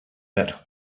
that